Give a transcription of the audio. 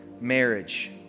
marriage